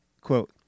quote